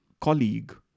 colleague